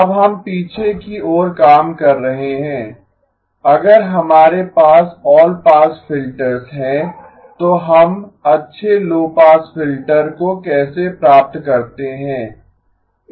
अब हम पीछे की ओर काम कर रहे हैं अगर हमारे पास ऑल पास फिल्टर्स हैं तो हम अच्छे लो पास फ़िल्टर को कैसे प्राप्त करते हैं